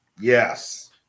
Yes